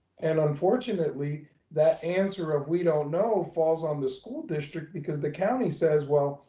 and unfortunately that answer of, we don't know, falls on the school district because the county says, well,